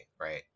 right